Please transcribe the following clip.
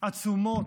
עצומות,